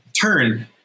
turn